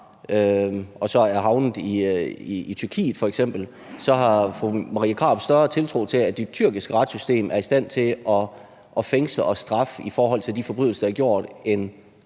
og så er havnet i f.eks. Tyrkiet, så har fru Marie Krarup større tiltro til, at det tyrkiske retssystem er i stand til at fængsle og straffe i forhold til de forbrydelser, der er blevet